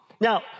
Now